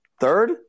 Third